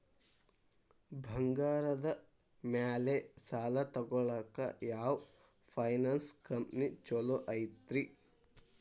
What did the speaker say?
ಬಂಗಾರದ ಮ್ಯಾಲೆ ಸಾಲ ತಗೊಳಾಕ ಯಾವ್ ಫೈನಾನ್ಸ್ ಕಂಪನಿ ಛೊಲೊ ಐತ್ರಿ?